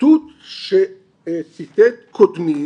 הציטוט שציטט קודמי